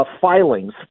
Filings